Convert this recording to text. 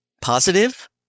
positive